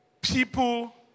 people